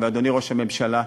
ואדוני ראש הממשלה,